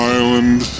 Island